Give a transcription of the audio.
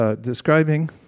describing